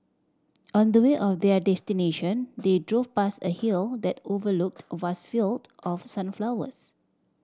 on the way or their destination they drove past a hill that overlooked a vast field of sunflowers